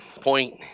point